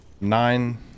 nine